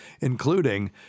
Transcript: including